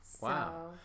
Wow